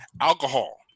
alcohol